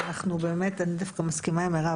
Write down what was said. אני דווקא מסכימה עם מירב.